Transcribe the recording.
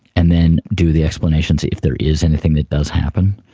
and then do the explanations if there is anything that does happen.